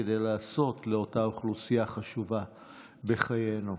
כדי לעשות לאותה אוכלוסייה חשובה בחיינו.